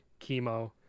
chemo